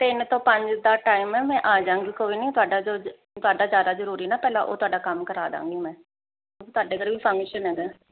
ਤਿੰਨ ਤੋਂ ਪੰਜ ਦਾ ਟਾਈਮ ਹੈ ਮੈਂ ਆ ਜਾਗੀ ਕੋਈ ਨਹੀਂ ਤੁਹਾਡਾ ਜੋ ਤੁਹਾਡਾ ਜਿਆਦਾਜਰੂਰੀ ਨਾ ਪਹਿਲਾਂ ਉਹ ਤੁਹਾਡਾ ਕੰਮ ਕਰਾ ਦਾਂਗੀ ਮੈਂ ਤੁਹਾਡੇ ਘਰੇ ਵੀ ਫੰਕਸ਼ਨ ਹੈਗਾ